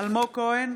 אלמוג כהן,